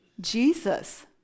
Jesus